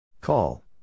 Call